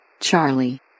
Charlie